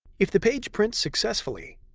if the page prints successfully,